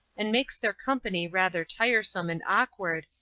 and makes their company rather tiresome and awkward,